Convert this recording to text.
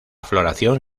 floración